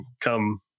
come